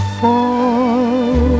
fall